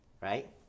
right